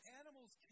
animals